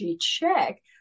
check